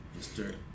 Mr